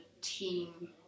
team